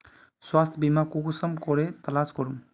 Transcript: स्वास्थ्य बीमा कुंसम करे तलाश करूम?